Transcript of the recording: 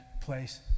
place